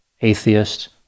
atheists